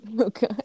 Okay